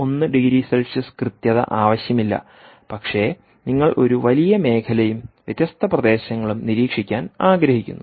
1 degree Celsius കൃത്യത ആവശ്യമില്ല പക്ഷേ നിങ്ങൾ ഒരു വലിയ മേഖലയും വ്യത്യസ്ത പ്രദേശങ്ങളും നിരീക്ഷിക്കാൻ ആഗ്രഹിക്കുന്നു